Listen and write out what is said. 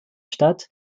stadt